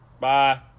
Bye